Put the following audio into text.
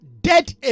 dead